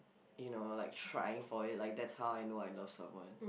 you know like trying for it like that's how I know I love someone